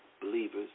believers